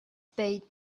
spade